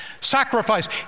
sacrifice